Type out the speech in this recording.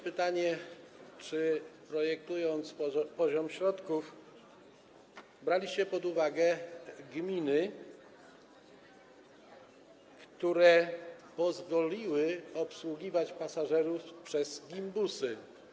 Pytanie, czy projektując poziom środków, braliście pod uwagę gminy, które pozwoliły obsługiwać pasażerów gimbusom.